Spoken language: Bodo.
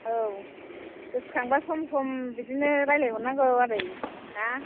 औ गोसोखांबा सम सम बिदिनो रायज्लायहरनांगौ आदै ना